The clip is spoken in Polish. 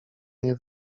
nie